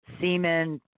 semen